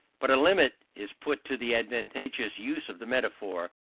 but a limit is put to the advantageous use of the metaphor,